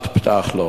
"את פתח לו".